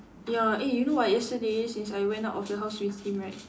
ya eh you know what yesterday since I went out of the house with him right